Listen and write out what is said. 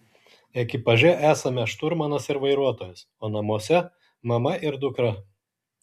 ekipaže esame šturmanas ir vairuotojas o namuose mama ir dukra